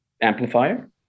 amplifier